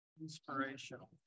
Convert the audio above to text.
Inspirational